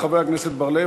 תודה רבה לחבר הכנסת בר-לב.